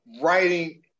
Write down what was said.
writing